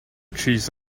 cheese